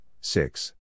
six